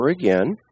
again